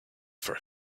for